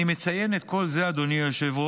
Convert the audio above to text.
אני מציין את כל זה, אדוני היושב-ראש,